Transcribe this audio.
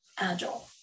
Agile